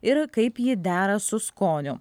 ir kaip ji dera su skoniu